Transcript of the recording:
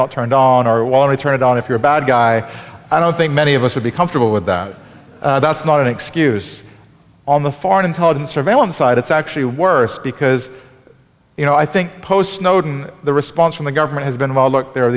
not turned on or want to turn it on if you're a bad guy i don't think many of us would be comfortable with that that's not an excuse on the foreign intelligence surveillance side it's actually worse because you know i think post snowden the response from the government has been well look there are